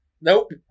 Nope